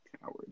Coward